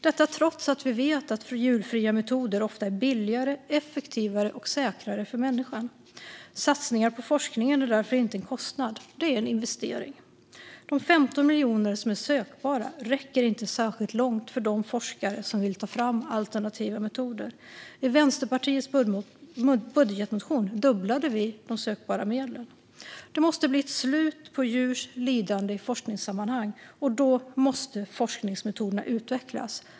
Detta trots att vi vet att djurfria metoder ofta är billigare, effektivare och säkrare för människan. Satsningar på forskningen är därför inte en kostnad. Det är en investering. De 15 miljoner som är sökbara räcker inte särskilt långt för de forskare som vill ta fram alternativa metoder. I Vänsterpartiets budgetmotion dubblade vi de sökbara medlen. Det måste bli ett slut på djurs lidande i forskningssammanhang, och då måste forskningsmetoderna utvecklas.